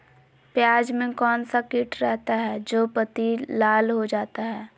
प्याज में कौन सा किट रहता है? जो पत्ती लाल हो जाता हैं